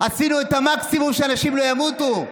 עשינו את המקסימום שאנשים לא ימותו.